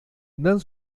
dan